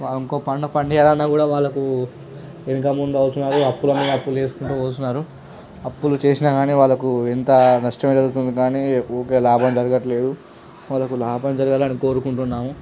ఇంకో పంట పండియాలన్నా కూడా వాళ్ళకు వెనక ముందు అవసరం అయ్యి అప్పుల మీద అప్పులు చేసుకుంటూ కూర్చున్నారు అప్పులు చేసినా కాని వాళ్ళకు ఇంకా నష్టమే జరుగుతుంది కాని రూపాయి లాభం జరగట్లేదు వాళ్ళకు లాభం జరగాలని కోరుకుంటున్నాము